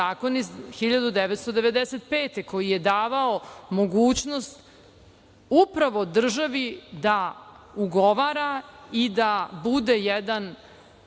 zakon iz 1995. godine koji je davao mogućnost upravo državi da ugovara i da bude snažan